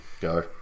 Go